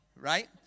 Right